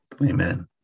Amen